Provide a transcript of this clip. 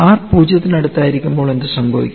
R 0 ന് അടുത്തായിരിക്കുമ്പോൾ എന്തുസംഭവിക്കും